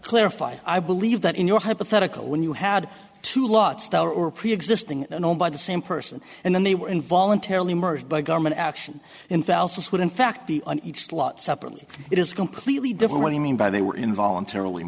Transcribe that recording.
clarify i believe that in your hypothetical when you had two lot or preexisting and owned by the same person and then they were in voluntarily merged by government action in fell six would in fact be on each slot separately it is completely different when you mean by they were in voluntarily